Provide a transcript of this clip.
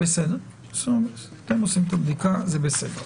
אתם עושים את הבדיקה, זה בסדר.